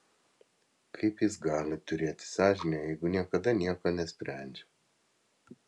kaip jis gali turėti sąžinę jeigu niekada nieko nesprendžia